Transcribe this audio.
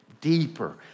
deeper